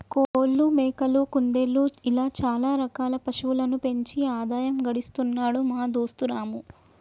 కోళ్లు మేకలు కుందేళ్లు ఇలా చాల రకాల పశువులను పెంచి ఆదాయం గడిస్తున్నాడు మా దోస్తు రాము